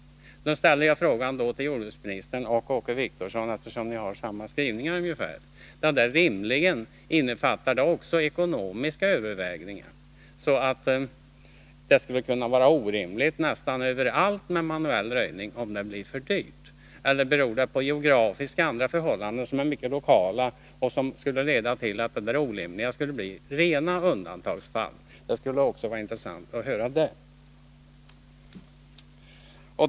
Nu ställer jag frågan till jordbruksministern och Åke Wictorsson: ”rimligen” — innefattar det också ekonomiska överväganden, så att det kunde vara orimligt nästan överallt med manuell röjning om den blir för dyr? Eller beror orimligheten på geografiska och andra förhållanden som är mycket lokala och skulle leda till att det orimliga blir rena undantagsfall? Det skulle vara intressant att få höra det.